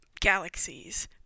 galaxies